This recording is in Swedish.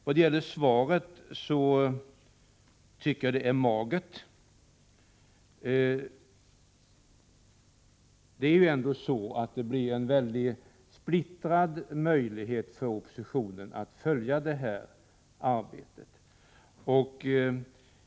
Jag tycker emellertid att svaret är magert. Och oppositionens möjligheter att följa utredningsarbetet är små.